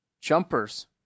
jumpers